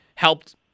helped